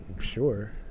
Sure